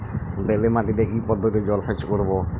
বেলে মাটিতে কি পদ্ধতিতে জলসেচ করব?